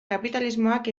kapitalismoak